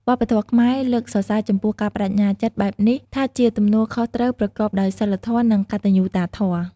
វប្បធម៌ខ្មែរលើកសរសើរចំពោះការប្តេជ្ញាចិត្តបែបនេះថាជាទំនួលខុសត្រូវប្រកបដោយសីលធម៌ និងកត្តញ្ញូតាធម៌។